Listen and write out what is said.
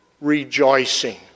rejoicing